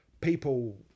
people